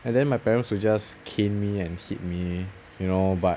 and then my parents will just cane me and hit me you know but